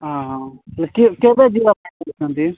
ହଁ ହଁ କେବେ କେବେ ଯିବା କହୁଛନ୍ତି